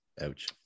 ouch